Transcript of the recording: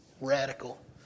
radical